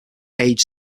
age